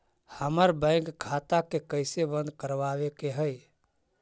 हमर बैंक खाता के कैसे बंद करबाबे के है?